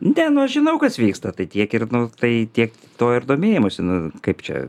nu ten aš žinau kas vyksta tai tiek ir nu tai tiek to ir domėjimosi nu kaip čia